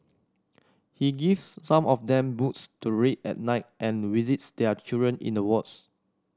he gives some of them books to read at night and visits their children in the wards